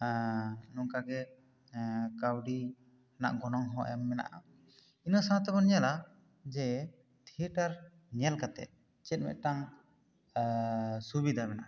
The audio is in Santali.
ᱱᱚᱝᱠᱟ ᱜᱮ ᱠᱟᱹᱣᱰᱤ ᱨᱮᱱᱟᱜ ᱜᱚᱱᱚᱢ ᱦᱚᱸ ᱮᱢ ᱢᱮᱱᱟᱜᱼᱟ ᱤᱱᱟᱹ ᱥᱟᱶᱛᱮ ᱵᱚᱱ ᱧᱮᱞᱟ ᱡᱮ ᱛᱷᱤᱭᱮᱴᱟᱨ ᱧᱮᱞ ᱠᱟᱛᱮᱜ ᱪᱮᱫ ᱢᱤᱫᱴᱟᱝ ᱥᱩᱵᱤᱫᱟ ᱢᱮᱱᱟᱜ ᱟᱠᱟᱫᱟ